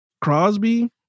Crosby